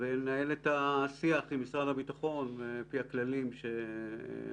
ולנהל את השיח עם משרד הביטחון על פי הכללים שאמרת,